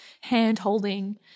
hand-holding